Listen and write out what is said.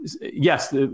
yes